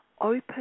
open